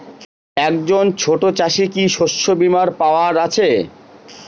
একজন ছোট চাষি কি শস্যবিমার পাওয়ার আছে?